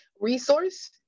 Resource